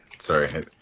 Sorry